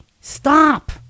Stop